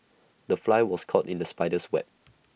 the fly was caught in the spider's web